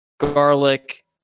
Garlic